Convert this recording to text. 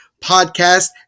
podcast